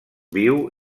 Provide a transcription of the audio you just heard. viu